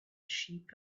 sheep